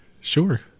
Sure